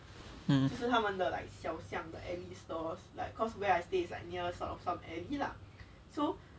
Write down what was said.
um